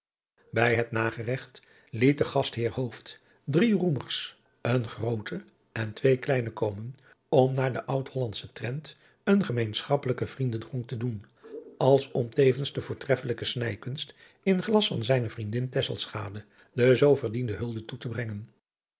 bij het nageregt liet de gastheer hooft drie roemers een grooten en twee kleine komen zoo om naar den oud hollandschen trant een gemeenschappelijken vriendendronk te doen als om tevens de voortreffelijke snijkunst in glas van zijne vriendin tesselschade de zoo verdiende hulde toe te brengen